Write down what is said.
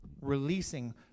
releasing